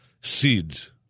seeds